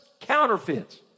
counterfeits